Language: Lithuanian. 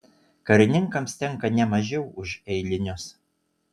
karininkams tenka ne mažiau už eilinius